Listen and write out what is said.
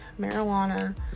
marijuana